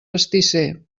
pastisser